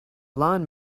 lawn